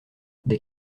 des